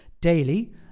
daily